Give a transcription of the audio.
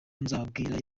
nzababwira